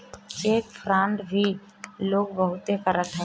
check fraud भी लोग बहुते करत हवे